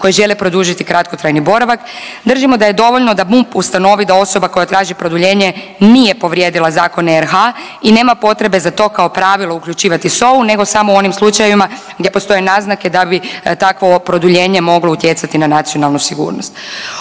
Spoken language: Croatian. koje žele produžiti kratkotrajni boravak, držimo da je dovoljno da MUP ustanovi da osoba koja traži produljenje nije povrijedila zakone RH i nema potrebe za to kao pravilo uključivati SOA-u nego samo u onim slučajevima gdje postoje naznake da bi takvo produljenje moglo utjecati na nacionalnu sigurnost.